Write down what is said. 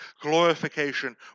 Glorification